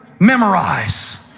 memorize.